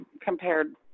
compared